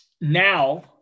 now